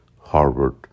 Harvard